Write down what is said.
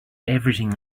everything